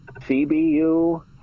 CBU